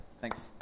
Thanks